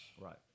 Right